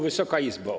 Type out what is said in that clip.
Wysoka Izbo!